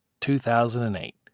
2008